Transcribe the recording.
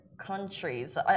countries